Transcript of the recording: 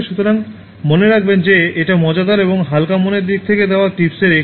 সুতরাং মনে রাখবেন যে এটা মজাদার এবং হালকা মনের দিক থেকে দেওয়া টিপসের একটি